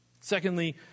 Secondly